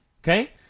Okay